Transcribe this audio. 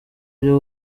byo